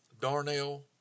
Darnell